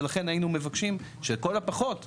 ולכן היינו מבקשים שלכל הפחות יתאפשר,